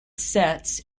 sets